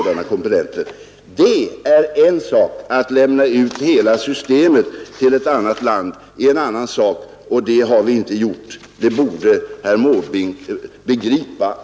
Det är en sak. Att lämna ut hela systemet till ett annat land är en annan sak, och det har vi inte gjort. Det borde herr Måbrink begripa.